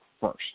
first